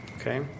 okay